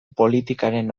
politikaren